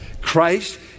Christ